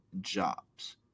Jobs